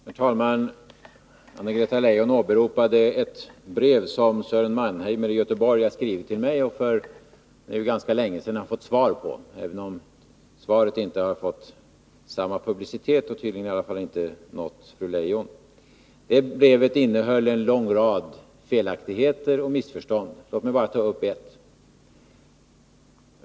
Herr talman! Anna-Greta Leijon åberopade ett brev som Sören Mannheimer i Göteborg har skrivit till mig, och vilket han för ganska länge sedan fått svar på, även om svaret inte har fått samma publicitet som brevet och tydligen inte nått fru Leijon. Det brevet innehöll en lång rad felaktigheter och missförstånd. Låt mig bara ta ett exempel.